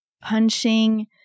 Punching